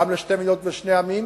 גם לשתי מדינות לשני עמים,